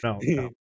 no